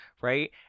right